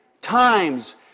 times